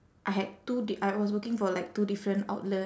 I had two d~ I was working for like two different outlet